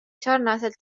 sarnaselt